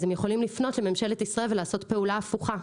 אז הם יכולים לפנות לממשלת ישראל ולעשות פעולה הפוכה.